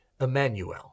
Emmanuel